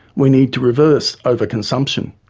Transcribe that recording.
we need to reverse overconsumption,